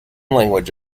language